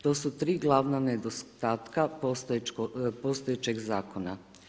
To su tri glavna nedostatka postojećeg Zakona.